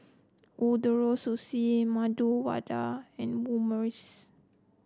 Ootoro Sushi Medu Vada and Omurice